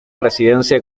residencia